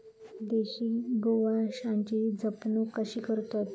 देशी गोवंशाची जपणूक कशी करतत?